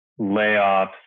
layoffs